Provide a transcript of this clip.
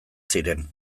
ziren